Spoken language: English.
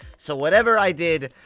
so whatever i did,